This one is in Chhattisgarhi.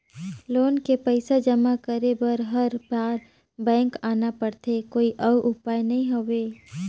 लोन के पईसा जमा करे बर हर बार बैंक आना पड़थे कोई अउ उपाय नइ हवय?